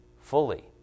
fully